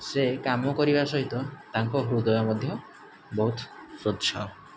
ସେ କାମ କରିବା ସହିତ ତାଙ୍କ ହୃଦୟ ମଧ୍ୟ ବହୁତ ସ୍ୱଚ୍ଛ